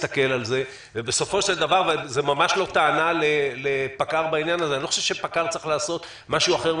בסוף צריך להמליץ למישהו שמקבל החלטות,